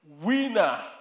winner